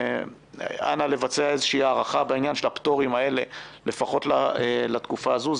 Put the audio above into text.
אנא לבצע איזושהי ארכה של הפטורים האלה לפחות לתקופה הזו.